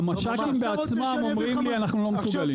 המש"קים בעצמם אומרים לי שהם לא מסוגלים.